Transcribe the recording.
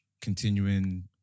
Continuing